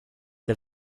the